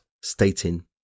stating